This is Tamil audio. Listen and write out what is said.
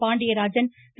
பாண்டியராஜன் திரு